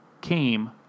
came